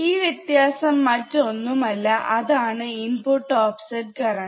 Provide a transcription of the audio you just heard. ഈ വ്യത്യാസം മറ്റൊന്നുമല്ല അതാണ് ഇൻപുട്ട് ഓഫ്സെറ്റ് കറണ്ട്